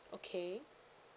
okay